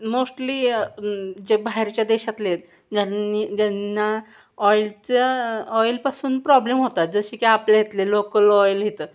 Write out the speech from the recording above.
mostly जे बाहेरच्या देशातले आहेत ज्यांनी ज्यांना ऑईलच्या ऑइलपासून प्रॉब्लेम होतात जसे की आपल्या इथले लोकल ऑईल घेतात